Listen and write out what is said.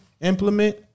implement